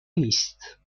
نیست